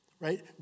right